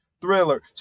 thriller